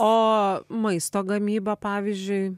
o maisto gamyba pavyzdžiui